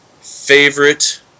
favorite